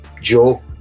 Joe